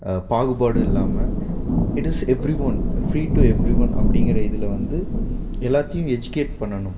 பாகுபாடும் இல்லாமல் it is everyone free to everyone அப்படிங்கற இதில் வந்து எல்லாத்தையும் எஜிகேட் பண்ணணும்